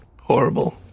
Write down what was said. horrible